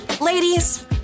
Ladies